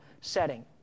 setting